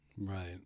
Right